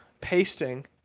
pasting